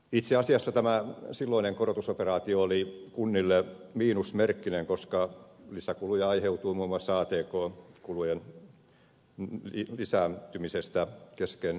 itse asiassa tämä silloinen korotusoperaatio oli kunnille miinusmerkkinen koska lisäkuluja aiheutui muun muassa atk kulujen lisääntymisestä kesken kesäkauden